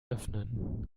öffnen